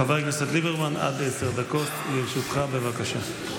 חבר הכנסת ליברמן, עד עשר דקות לרשותך, בבקשה.